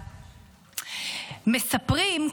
מספרים,